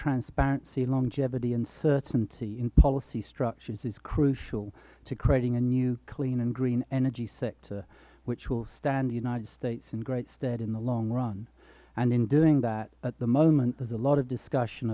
transparency longevity and certainty in policy structures is crucial to creating a new clean and green energy sector which will stand the united states in great stead in the long run and in doing that at the moment there is a lot of discussion